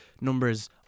numbers